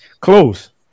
Close